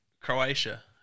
Croatia